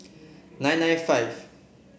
nine nine five